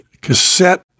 cassette